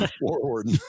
forward